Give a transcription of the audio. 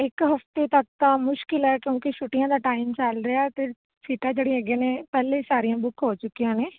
ਇੱਕ ਹਫਤੇ ਤੱਕ ਤਾਂ ਮੁਸ਼ਕਲ ਹੈ ਕਿਉਂਕਿ ਛੁੱਟੀਆਂ ਦਾ ਟਾਈਮ ਚੱਲ ਰਿਹਾ ਅਤੇ ਸੀਟਾਂ ਜਿਹੜੀਆਂ ਹੈਗੀਆਂ ਨੇ ਪਹਿਲੇ ਸਾਰੀਆਂ ਬੁੱਕ ਹੋ ਚੁੱਕੀਆਂ ਨੇ